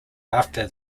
after